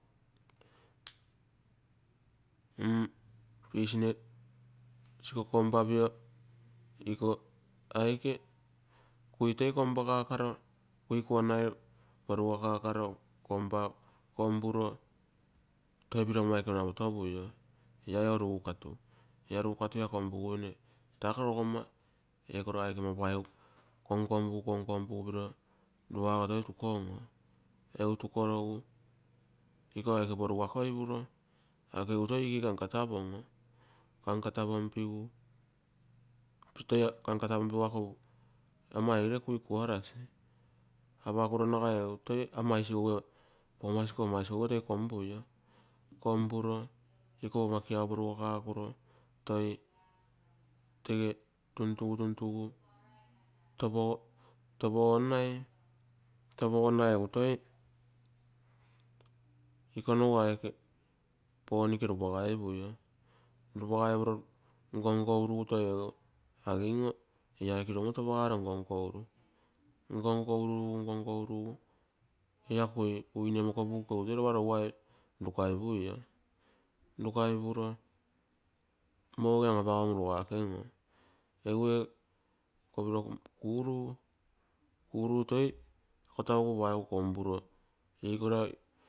Mm pidgin ee siko kompapio iko aike, kui toi kompakakaro, kui kuanai, porugakakaro, kompuro toi piro ama ekenua potopui iai ogo rukatu, ia rukatu ia kompuguine tako pogomma ee koro aike ama paigu konkonpugu, konkonpugu rua ogo toi tukon oo. Egu toi ikotoe kankatapom, kankatapongu, tege kankatapongu ama egere kui kuarasi. Apakuro egu tege ama isigoue, poga siku ama isigoue toi kompuio, kompuro iko pogomma kiau porugakakuro, toi tege tuntugu, tuntugu topogonnai, topogonnai egu toi, iko nogu aike ponike rupagipuio, rurpagaipuro nkonkoarugu toi egu agin oo ee aike nomoto apagaro nkonko uru, nko nko urumo, nko nko urumo ia kui wind ee mokopugu iko egu toi lopa rougai rukaipuio rogaken oo, egu ee kopiro kuuruu, kuuruu toi. Katauo paigu kompa ro ikogirai.